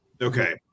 Okay